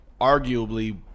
arguably